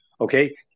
okay